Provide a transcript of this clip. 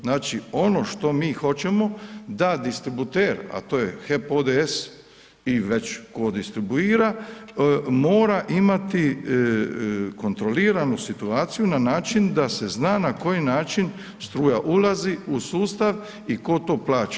Znači ono što mi hoćemo da distributer a to je HEP ODS i već tko distribuira mora imati kontroliranu situaciju na način da se zna na koji način struja ulazi u sustav i tko to plaća.